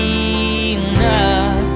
enough